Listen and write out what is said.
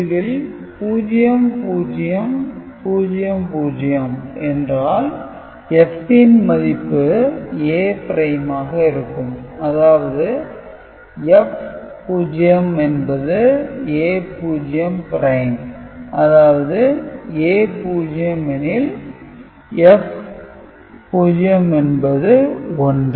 இதில் 0000 என்றால் F ன் மதிப்பு A' ஆக இருக்கும் அதாவது F0 என்பது A0' அதாவது A0 எனில் F0 என்பது 1